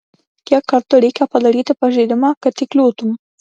kiek kartų reikia padaryti pažeidimą kad įkliūtum